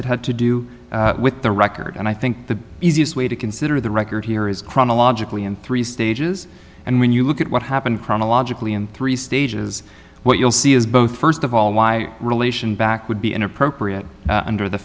it had to do with the record and i think the easiest way to consider the record here is chronologically in three stages and when you look at what happened chronologically in three stages what you'll see is both first of all why relation back would be inappropriate under the